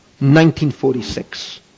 1946